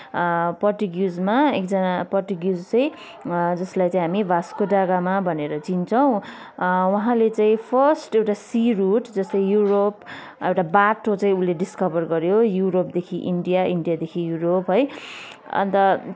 पर्टुगिसमा एकजना पर्टुगिस चाहिँ जसलाई चाहिँ हामी भास्को डा गामा भनेर चिन्छौँ उहाँले चाहिँ फर्स्ट एउटा सी रुट जस्तै युरोप एउटा बाटो चाहिँ उसले डिस्कभर गऱ्यो युरोपदेखि इन्डिया इन्डियादेखि युरोप है अन्त